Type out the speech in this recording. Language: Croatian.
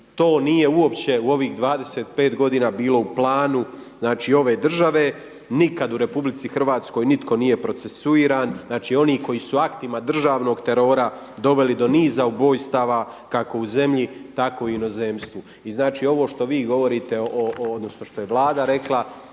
to nije uopće u ovih 25 godina bilo u planu znači ove države, nikad u RH nitko nije procesuiran, znači oni koji su aktima državnog terora doveli do niza ubojstava kako u zemlji, tako i u inozemstvu. I znači ovo što vi govorite, odnosno što je Vlada rekla,